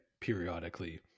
periodically